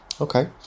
Okay